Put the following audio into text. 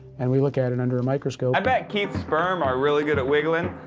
and we look at it under a microscope. i bet keith's sperm are really good at wiggling,